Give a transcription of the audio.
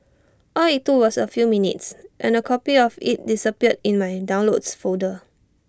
all IT took was A few minutes and A copy of IT disappeared in my in downloads folder